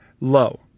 low